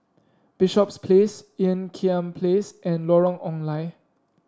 Bishops Place Ean Kiam Place and Lorong Ong Lye